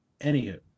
Anywho